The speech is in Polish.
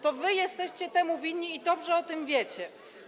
To wy jesteście temu winni i dobrze o tym wiecie.